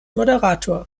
moderator